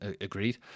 Agreed